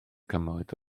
cymoedd